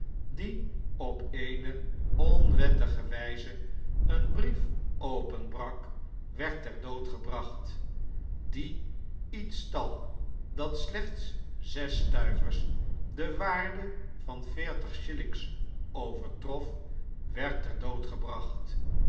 die op eene onwettige wjjze een brief openbrak werd ter dood gebracht die iets stal dat slechts zes stuivers de waarde van veertig shillings overtrof werd ter dood gebracht